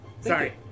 Sorry